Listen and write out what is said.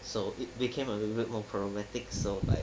so it became a little bit more problematic so like